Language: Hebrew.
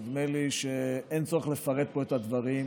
נדמה לי שאין צורך לפרט פה את הדברים.